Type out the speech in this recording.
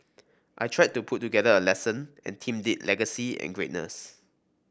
I tried to put together a lesson and themed it legacy and greatness